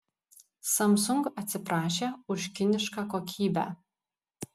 samsung atsiprašė už kinišką kokybę